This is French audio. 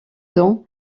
dents